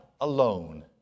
alone